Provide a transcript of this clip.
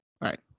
right